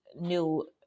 new